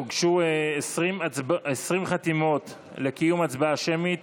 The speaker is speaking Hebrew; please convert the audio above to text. הוגשו 20 חתימות לקיום הצבעה שמית